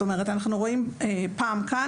אנחנו רואים פעם כאן